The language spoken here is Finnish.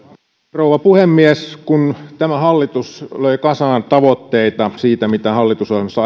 rouva puhemies kun tämä hallitus löi kasaan tavoitteita siitä mitä hallitusohjelmassa